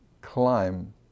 climb